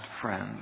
friend